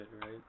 right